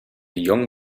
young